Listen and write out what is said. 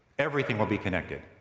everything will be connected.